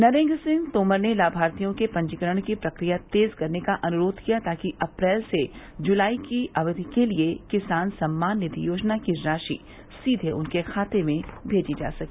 नरेन्द्र सिंह तोमर ने लाभार्थियों के पंजीकरण की प्रक्रिया तेज करने का अनुरोध किया ताकि अप्रैल से जुलाई की अवधि के लिए किसान सम्मान निधि योजना की राशि सीधे उनके खाते में भेजी जा सके